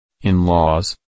In-laws